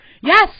Yes